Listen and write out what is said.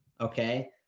okay